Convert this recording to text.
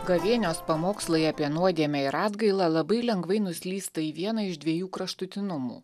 gavėnios pamokslai apie nuodėmę ir atgailą labai lengvai nuslysta į vieną iš dviejų kraštutinumų